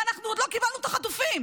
ואנחנו עוד לא קיבלנו את החטופים.